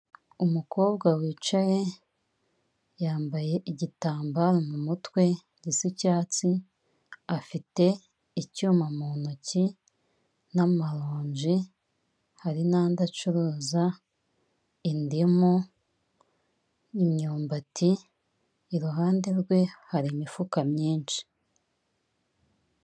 Umukobwa wicaye yambaye igitambaro mu mutwe gisa icyatsi afite icyuma mu ntoki n'amaroji, hari n'andi acuruza indimu'imyumbati iruhande rwe hari imifuka myinshi.